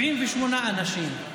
78 אנשים.